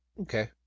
okay